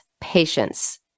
patience